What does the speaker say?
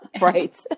right